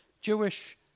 Jewish